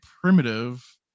primitive